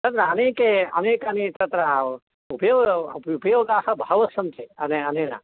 तत्र अनेके अनेकानि तत्र उपयो उपयोगाः बहवः सन्ति अने अनेन